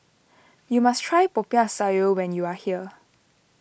you must try Popiah Sayur when you are here